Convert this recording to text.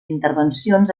intervencions